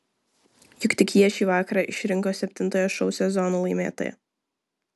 juk tik jie šį vakarą išrinko septintojo šou sezono laimėtoją